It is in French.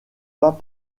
pas